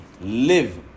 Live